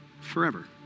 forever